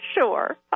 sure